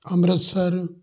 Amritsar